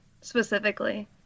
specifically